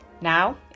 Now